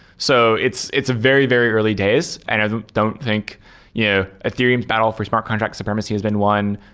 so it's it's very, very early days and i don't think yeah ethereum's battle for smart contract supremacy has been won.